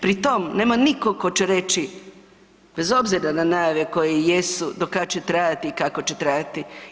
Pri tom nema nitko tko će reći bez obzira na najave koje jesu do kad će trajati i kako će trajati.